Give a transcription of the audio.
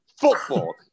football